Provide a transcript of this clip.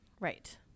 right